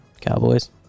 Cowboys